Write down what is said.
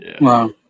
Wow